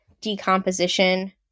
decomposition